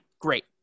great